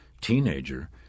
teenager